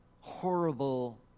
horrible